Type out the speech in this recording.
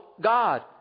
God